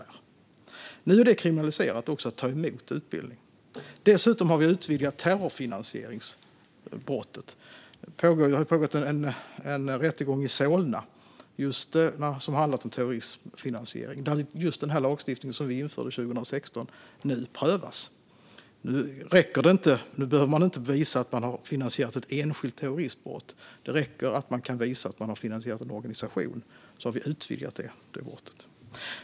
Men nu är det kriminaliserat att också ta emot utbildning. Dessutom har vi utvidgat rubriceringen för terrorfinansieringsbrottet. Det har pågått en rättegång i Solna som har handlat om terrorismfinansiering. Det är just den lagstiftning som vi införde 2016 som nu prövas. Nu behöver man inte visa att någon har finansierat ett enskilt terroristbrott; det räcker att man kan visa att någon har finansierat en organisation. Vi har alltså utvidgat denna brottsrubricering.